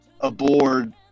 aboard